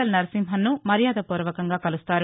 L Narasimhan ను మర్యాదపూర్వకంగా కలుస్తారు